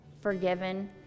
forgiven